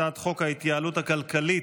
הצעת חוק ההתייעלות הכלכלית.